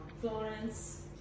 Florence